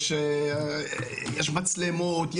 יש מצלמות,